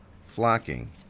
flocking